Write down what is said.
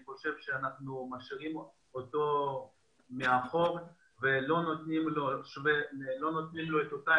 אני חושב שאנחנו משאירים אותו מאחור ולא נותנים לו את אותה